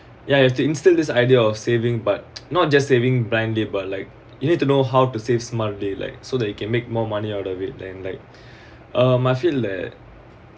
ya you have to instill this idea of saving but not just saving blindly but like you need to know how to save smart they like so that you can make more money out of it then like uh I feel like